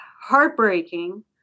heartbreaking